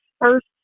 first